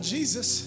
Jesus